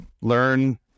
learn